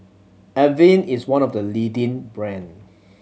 Avene is one of the leading brands